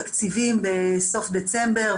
נתנו לנו תקציבים נוספים שנועדו לפתור את החסמים האלה